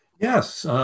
Yes